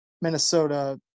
Minnesota